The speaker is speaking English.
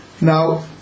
Now